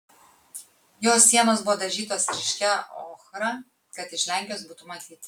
jo sienos buvo dažytos ryškia ochra kad iš lenkijos būtų matyti